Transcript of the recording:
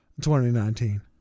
2019